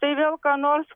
tai vėl ką nors